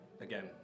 again